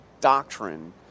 doctrine